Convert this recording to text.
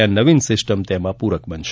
આ નવિન સિસ્ટમ તેમાં પૂરક બનશે